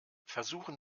versuchen